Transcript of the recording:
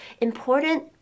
important